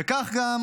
וכך גם